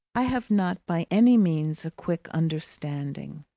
i have not by any means a quick understanding.